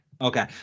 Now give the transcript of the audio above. Okay